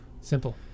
simple